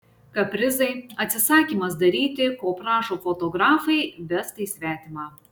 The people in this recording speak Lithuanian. kaprizai atsisakymas daryti ko prašo fotografai vestai svetima